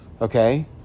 Okay